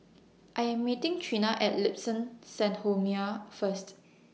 I Am meeting Treena At Liuxun Sanhemiao First